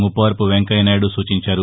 ముప్పవరపు వెంకయ్య నాయుడు సూచించారు